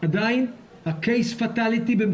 עדיין בישראל ה-case fatality,